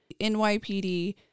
NYPD